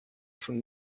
from